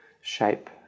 shape